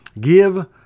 Give